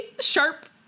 sharp